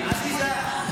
זה מה שאמרתי.